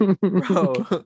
bro